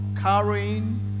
carrying